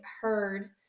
heard